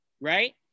right